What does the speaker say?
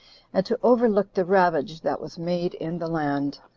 and to overlook the ravage that was made in the land.